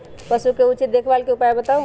पशु के उचित देखभाल के उपाय बताऊ?